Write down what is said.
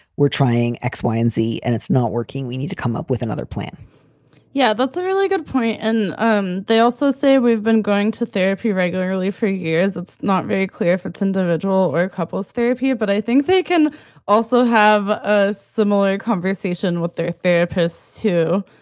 we're trying x, y and z. and it's not working. we need to come up with another plan yeah, that's a really good point. and um they also say we've been going to therapy regularly for years. it's not very clear if it's individual or couples therapy. but i think they can also have a similar conversation with their therapist, too,